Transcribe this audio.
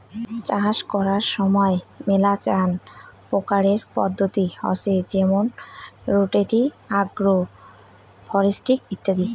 চাষ করার সময় মেলাচান প্রকারের পদ্ধতি হসে যেমন রোটেটিং, আগ্রো ফরেস্ট্রি ইত্যাদি